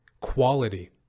quality